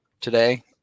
today